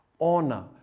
honor